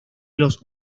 los